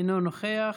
אינו נוכח.